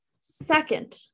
second